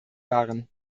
waren